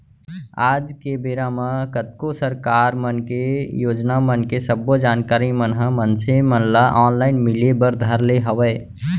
आज के बेरा म कतको सरकार मन के योजना मन के सब्बो जानकारी मन ह मनसे मन ल ऑनलाइन मिले बर धर ले हवय